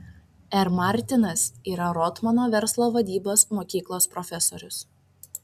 r martinas yra rotmano verslo vadybos mokyklos profesorius